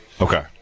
Okay